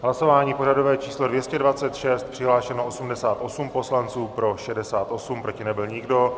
V hlasování pořadové číslo 226 přihlášeno 88 poslanců, pro 68, proti nebyl nikdo.